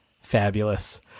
Fabulous